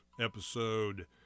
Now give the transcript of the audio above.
episode